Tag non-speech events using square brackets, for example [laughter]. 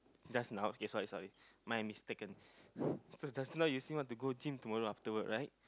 just now okay sorry sorry my mistaken [breath] so just now you say want to go gym tomorrow after work right